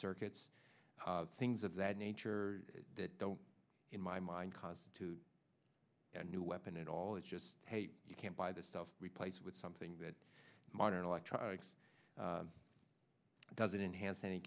circuits things of that nature that don't in my mind cause a new weapon at all it's just you can't buy the stuff replace it with something that modern electronics doesn't enhance any